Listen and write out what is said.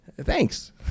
thanks